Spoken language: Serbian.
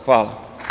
Hvala.